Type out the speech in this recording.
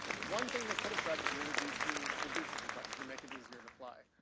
one thing they could have tried to do would be to reduce the complexity, make it easier to fly.